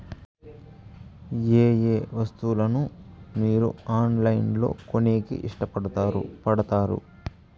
ఏయే వస్తువులను మీరు ఆన్లైన్ లో కొనేకి ఇష్టపడుతారు పడుతారు?